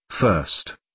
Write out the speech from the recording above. first